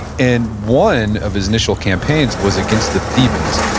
and one of his initial campaigns was against the thebans.